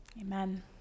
amen